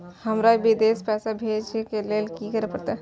हमरा विदेश पैसा भेज के लेल की करे परते?